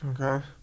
Okay